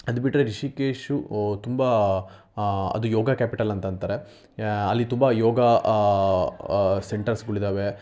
ಅದು ಬಿಟ್ಟರೆ ರಿಷಿಕೇಶು ತುಂಬ ಅದು ಯೋಗ ಕ್ಯಾಪಿಟಲ್ ಅಂತ ಅಂತಾರೆ ಅಲ್ಲಿ ತುಂಬ ಯೋಗ ಸೆಂಟರ್ಸ್ಗಳು ಇದ್ದಾವೆ